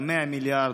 ה-100 מיליארד,